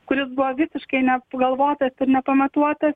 kuris buvo visiškai nesugalvotas ir nepamatuotas